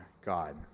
God